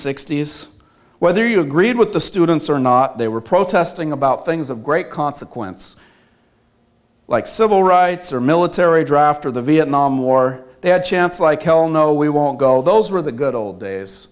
sixty s whether you agreed with the students or not they were protesting about things of great consequence like civil rights or military draft or the vietnam war they had chance like hell no we won't go those were the good old days